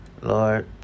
Lord